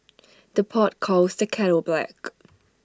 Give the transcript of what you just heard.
the pot calls the kettle black